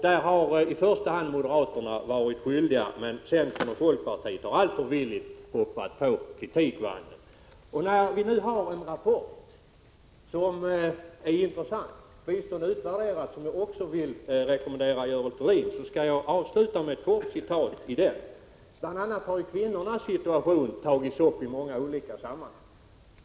Där har i första hand moderaterna varit skyldiga, men centern och folkpartiet har alltför villigt hoppat på kritikvagnen. När vi nu har en rapport som är intressant, Bistånd utvärderat, som jag också vill rekommendera Görel Thurdin, skall jag avsluta med att läsa ett kort stycke ur den. Bl. a. kvinnornas situation har tagits upp i många olika sammanhang.